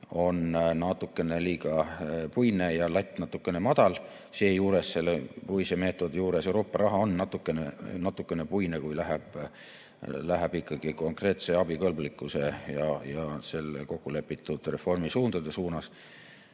on liiga puine ja latt natukene madal. Seejuures, selle puise meetodi juures Euroopa raha on natukene puine, kui läheb ikkagi konkreetse abikõlblikkuse ja kokku lepitud reformisuundade poole.